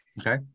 Okay